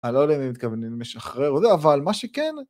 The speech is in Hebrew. אני לא יודע אם הם מתכוונים למשחרר או לא, אבל מה שכן...